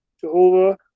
Jehovah